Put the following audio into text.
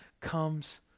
comes